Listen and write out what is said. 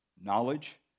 knowledge